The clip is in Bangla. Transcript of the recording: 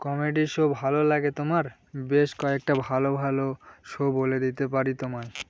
কমেডি শো ভালো লাগে তোমার বেশ কয়েকটা ভালো ভালো শো বলে দিতে পারি তোমায়